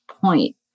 point